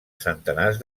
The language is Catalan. centenars